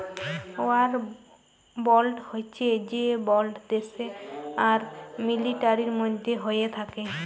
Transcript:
war bond হচ্যে সে bond দ্যাশ আর মিলিটারির মধ্যে হ্য়েয় থাক্যে